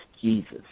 Jesus